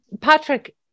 Patrick